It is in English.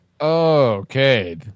Okay